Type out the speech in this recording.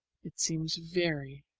it seems very,